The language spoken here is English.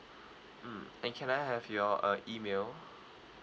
mm and can I have your uh email